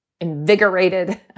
invigorated